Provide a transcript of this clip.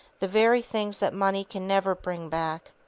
the very things that money can never bring back.